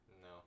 No